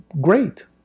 great